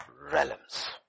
realms